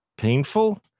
Painful